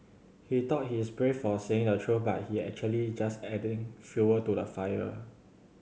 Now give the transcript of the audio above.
he thought he's brave for saying the truth but he actually just adding fuel to the fire